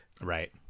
right